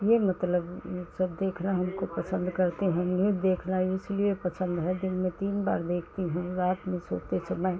ये मतलब ये सब देखना हमको पसंद करते हैं हम न्यूज़ देखना इसलिए पसंद है दिन में तीन बार देखती हूँ रात में सोते समय